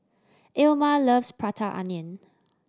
Ilma loves Prata Onion